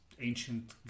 ancient